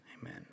Amen